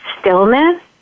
stillness